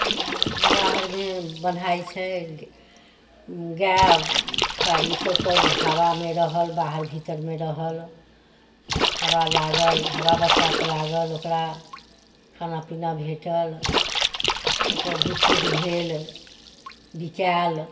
बाहरमे बन्हाइत छै गाय पाड़ी सभ सभ हवामे रहल बाहर भीतरमे रहल हवा लागल हवा बसात लागल ओकरा खाना पीना भेटल ओकरा दूध तूध भेल बिकायल